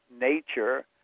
nature